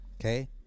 Okay